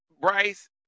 Bryce